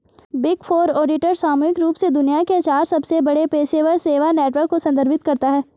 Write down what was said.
big four auditor सामूहिक रूप से दुनिया के चार सबसे बड़े पेशेवर सेवा नेटवर्क को संदर्भित करता है